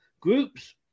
groups